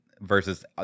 versus